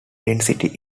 density